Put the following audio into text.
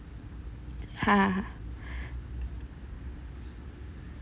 ha